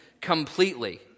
completely